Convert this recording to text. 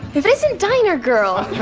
if it isn't diner girl